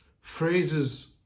phrases